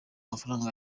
amafaranga